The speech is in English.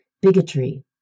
bigotry